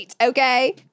Okay